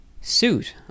suit